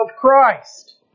Christ